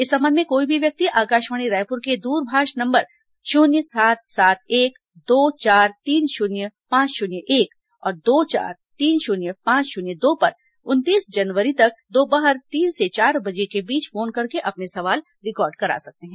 इस संबंध में कोई भी व्यक्ति आकाशवाणी रायपुर के दूरभाष नम्बर शून्य सात सात एक दो चार तीन शून्य पांच शून्य एक और दो चार तीन शून्य पांच शून्य दो पर उनतीस जनवरी तक दोपहर तीन से चार बजे के बीच फोन करके अपने सवाल रिकॉर्ड करा सकते हैं